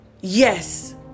Yes